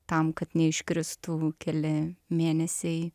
tam kad neiškristų keli mėnesiai